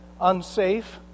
unsafe